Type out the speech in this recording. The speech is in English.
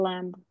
Lamb